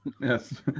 Yes